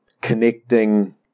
connecting